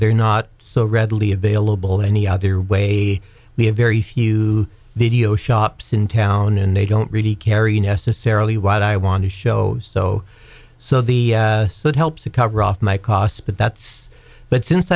they're not so readily available any other way we have very few video shops in town and they don't really carry necessarily what i want to show so so the that helps to cover off my costs but that's but since